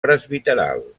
presbiteral